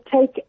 take